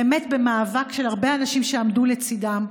באמת במאבק של הרבה אנשים שעמדו לצידם,